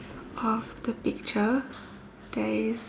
of the picture there is